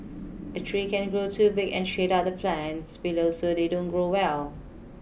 a tree can grow too big and shade out the plants below so they don't grow well